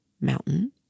mountain